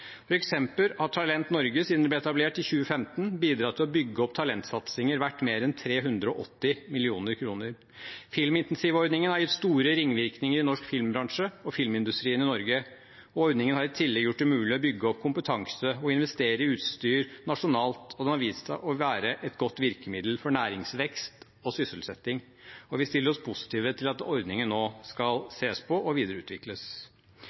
har Talent Norge siden det ble etablert i 2015, bidratt til å bygge opp talentsatsinger verdt mer enn 380 mill. kr. Filminsentivordningen har gitt store ringvirkninger i norsk filmbransje og filmindustrien i Norge. Ordningen har i tillegg gjort det mulig å bygge opp kompetanse og investere i utstyr nasjonalt, og den har vist seg å være et godt virkemiddel for næringsvekst og sysselsetting. Vi stiller oss positive til at ordningen nå skal ses på og videreutvikles.